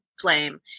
flame